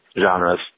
genres